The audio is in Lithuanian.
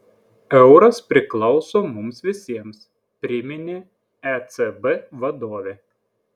euras priklauso mums visiems priminė ecb vadovė